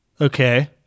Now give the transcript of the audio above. Okay